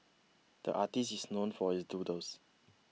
the artist is known for his doodles